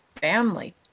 family